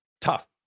tough